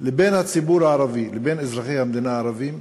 ובין הציבור הערבי, ובין אזרחי המדינה הערבים,